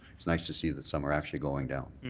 it's nice to see that some are actually going down.